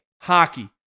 hockey